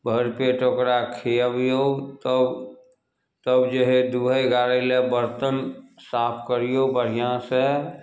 भरि पेट ओकरा खिअबिऔ तब तब जे हइ दुहै गाड़ैले बरतन साफ करिऔ बढ़िआँसँ